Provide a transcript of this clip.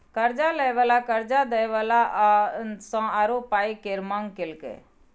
कर्जा लय बला कर्जा दय बला सँ आरो पाइ केर मांग केलकै